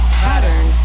pattern